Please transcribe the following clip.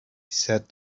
said